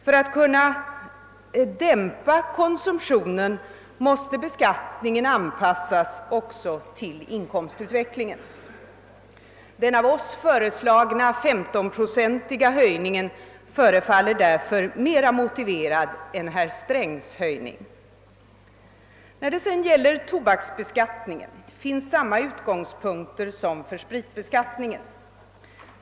För att kunna dämpa efterfrågan måste beskattningen också anpassas till inkomstutvecklingen, och den av oss föreslagna 15-procentiga skattehöjningen förefaller därför mera motiverad än herr Strängs höjning. Även beträffande tobaksbeskattningen är utgångspunkterna desamma som för beskattningen av sprit och vin.